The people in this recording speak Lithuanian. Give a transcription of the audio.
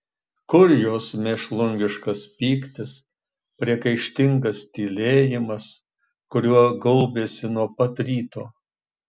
kur jos mėšlungiškas pyktis priekaištingas tylėjimas kuriuo gaubėsi nuo pat ryto